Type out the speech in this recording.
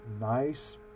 Nice